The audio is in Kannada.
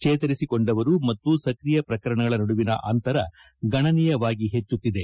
ಚೇತರಿಸಿಕೊಂಡವರು ಮತ್ತು ಸಕ್ರಿಯ ಪ್ರಕರಣಗಳ ನಡುವಿನ ಅಂತರ ಗಣನೀಯವಾಗಿ ಹೆಚ್ಚಾಗುತ್ತಿದೆ